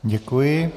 Děkuji.